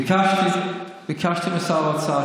ביקשתי משר האוצר,